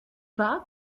pas